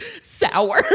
sour